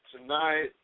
tonight